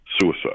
suicide